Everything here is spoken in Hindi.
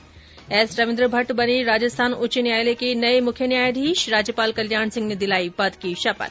् एस रविन्द्र भट्ट बने राजस्थान उच्च न्यायालय के नये मुख्य न्यायाधीश राज्यपाल कल्याण सिंह ने दिलाई पद की शपथ